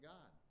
God